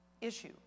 issue